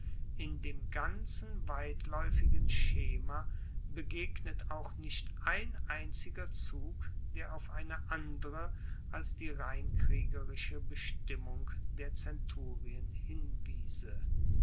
in dem ganzen weitlaeufigen schema begegnet auch nicht ein einziger zug der auf eine andere als die rein kriegerische bestimmung der zenturien hinwiese